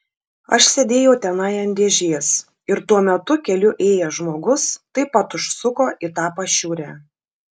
aš sėdėjau tenai ant dėžės ir tuo metu keliu ėjęs žmogus taip pat užsuko į tą pašiūrę